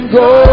go